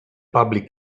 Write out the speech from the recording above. public